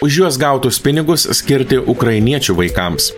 už juos gautus pinigus skirti ukrainiečių vaikams